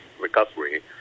recovery